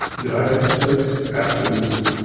did i make mistakes? absolutely.